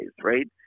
right